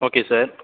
okay sir